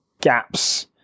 gaps